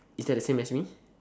is that the same as me